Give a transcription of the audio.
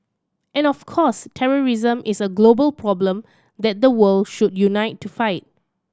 and of course terrorism is a global problem that the world should unite to fight